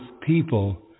people